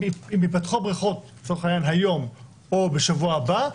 אם ייפתחו הבריכות לצורך העניין היום או בשבוע הבא,